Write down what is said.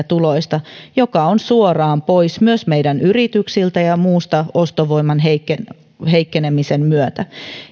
tuloista mikä on suoraan pois myös meidän yrityksiltämme ja muusta ostovoiman heikkenemisen heikkenemisen myötä